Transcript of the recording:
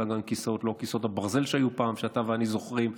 זה גם לא כיסאות הברזל שהיו פעם שאתה ואני זוכרים.